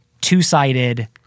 two-sided